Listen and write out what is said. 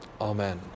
Amen